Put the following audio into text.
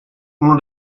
uno